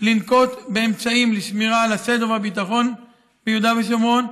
לנקוט אמצעים לשמירה על הסדר והביטחון ביהודה ושומרון,